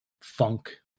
funk